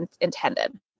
intended